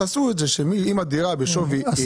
תעשו את זה שאם הדירה בשווי X,